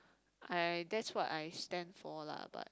I that's what I stand for lah but